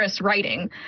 writing